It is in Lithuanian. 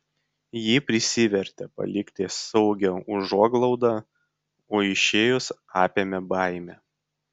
ji prisivertė palikti saugią užuoglaudą o išėjus apėmė baimė